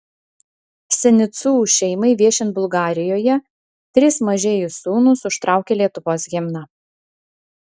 sinicų šeimai viešint bulgarijoje trys mažieji sūnūs užtraukė lietuvos himną